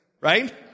Right